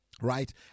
right